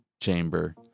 chamber